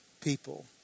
people